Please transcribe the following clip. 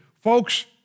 Folks